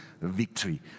victory